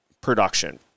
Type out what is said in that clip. Production